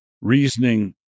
reasoning